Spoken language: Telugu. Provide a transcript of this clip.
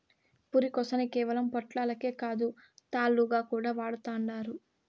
పురికొసని కేవలం పొట్లాలకే కాదు, తాళ్లుగా కూడా వాడతండారు